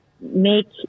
make